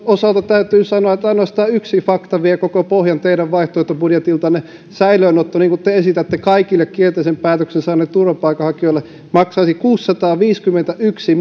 osalta täytyy sanoa että ainoastaan yksi fakta vie koko pohjan teidän vaihtoehtobudjetiltanne säilöönotto niin kuin te esitätte kaikille kielteisen päätöksen saaneille turvapaikanhakijoille maksaisi kuusisataaviisikymmentäyksi